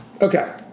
Okay